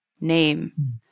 name